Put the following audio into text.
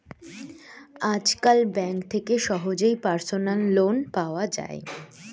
আজকাল ব্যাঙ্ক থেকে সহজেই পার্সোনাল লোন নেওয়া যায়